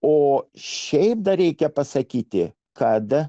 o šiaip dar reikia pasakyti kada